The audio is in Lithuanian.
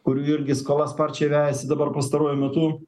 kurių irgi skola sparčiai vejasi dabar pastaruoju metu